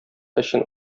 өчен